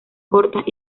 cortas